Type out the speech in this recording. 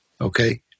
Okay